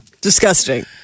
Disgusting